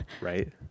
Right